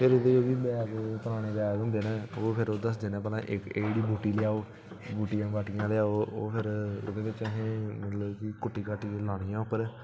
फिर ओह् जेह्डे़ वैद पराने वैद होंदे न ओह् फिर ओह् दसदे न भला एह्कड़ी बूटी लेआओ बुटियां बाटियां लेआओ ओह् फिर ओह्दे बिच असें कुट्टी काट्टियै लानियां उप्पर